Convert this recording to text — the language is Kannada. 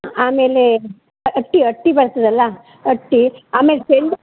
ಆಮೇಲೆ ಅಟ್ಟಿ ಅಟ್ಟಿ ಬರ್ತದಲ್ಲ ಅಟ್ಟಿ ಆಮೇಲೆ ಚೆಂಡು